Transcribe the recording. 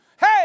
Hey